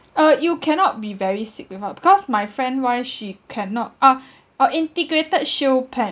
uh you cannot be very sick before because my friend why she cannot oh oh integrated shield plan